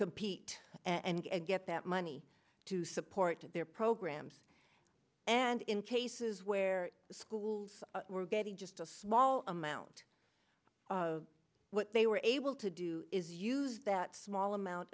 compete and get that money to support their programs and in cases where the schools were getting just a small amount what they were able to do is use that small amount